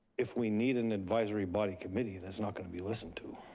if we need an advisory body committee that's not gonna be listened to.